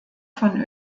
von